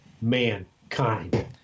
mankind